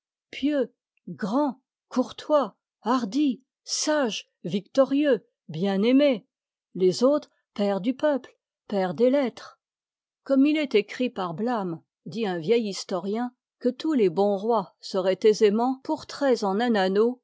pieux grand y courtois hardi sage victorieux bienaimé les autres père du peuple père des lettres comme il est escrit par blâme dit du till recueil y un vieil historien que tous les bons roy s desiîoisd france y seroient aisément pourtraits en